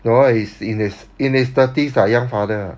no he's in his in his thirties ah young father